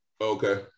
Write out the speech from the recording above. Okay